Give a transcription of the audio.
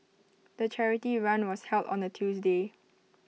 the charity run was held on A Tuesday